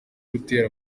gutera